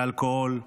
באלכוהול,